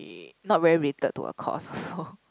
not very related to her course so